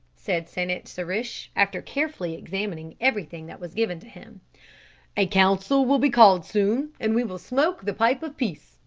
said san-it-sa-rish, after carefully examining everything that was given to him a council will be called soon, and we will smoke the pipe of peace